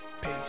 Peace